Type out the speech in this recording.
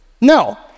no